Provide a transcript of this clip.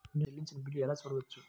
నేను చెల్లించిన బిల్లు ఎలా చూడవచ్చు?